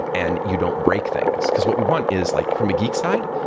and you don't break things. because what we want is like from a geek side,